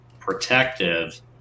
protective